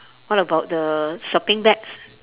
what about the shopping bags